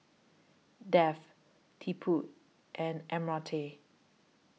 Dev Tipu and Amartya